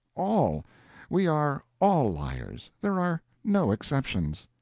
all we are all liars there are no exceptions.